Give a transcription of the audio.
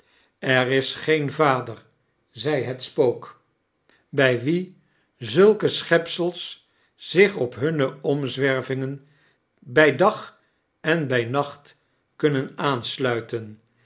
er is geen vader zei het spook brj wien zulke schepsels zich op hunne omzwervingen bij dag en bij nacht kunnen aansluiten